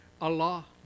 Allah